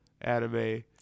anime